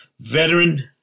veteran